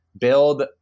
build